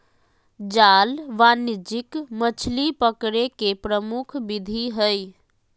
जाल वाणिज्यिक मछली पकड़े के प्रमुख विधि हइ